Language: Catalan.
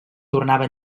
tornava